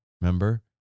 remember